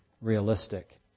realistic